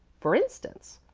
for instance,